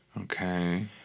Okay